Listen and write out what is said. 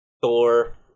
Thor